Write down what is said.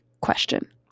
question